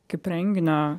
kaip renginio